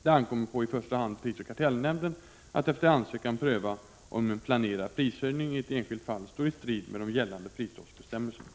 Det ankommer på i första hand prisoch kartellnämnden att efter ansökan pröva om en planerad prishöjning i ett enskilt fall står i strid med de gällande prisstoppsbestämmelserna.